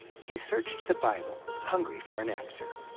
he searched the bible, hungry for an answer.